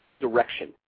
direction